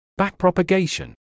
Backpropagation